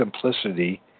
simplicity